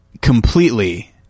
Completely